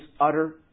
utter